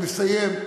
אני מסיים,